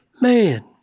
man